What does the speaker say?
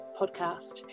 podcast